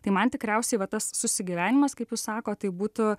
tai man tikriausiai va tas susigyvenimas kaip jūs sakot tai būtų